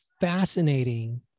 fascinating